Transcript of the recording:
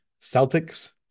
Celtics